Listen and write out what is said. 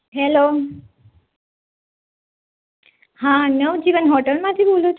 hello હા નવજીવન હોટેલમાંથી બોલો છો